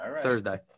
Thursday